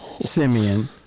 Simeon